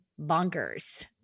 bonkers